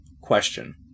Question